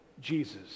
Jesus